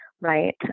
Right